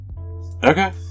okay